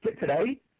today